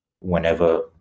whenever